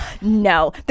no